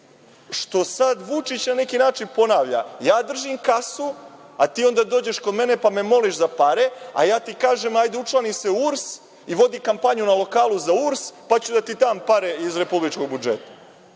što sada Vučić na neki način ponavlja – ja držim kasu, a ti onda dođeš kod mene pa me moliš za pare, a ja ti kažem hajde učlani se u URS i vodi kampanju na lokalu za URS, pa ću da ti dam pare iz republičkog budžeta.